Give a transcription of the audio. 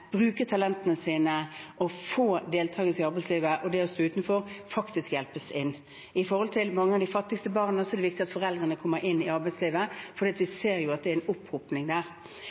bruke talentene sine og få deltatt i arbeidslivet, og det å stå utenfor – hjelpes inn. Når det gjelder mange av de fattigste barna, er det viktig at foreldrene kommer inn i arbeidslivet, for vi ser at det er opphopning der.